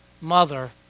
mother